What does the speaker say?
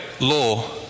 law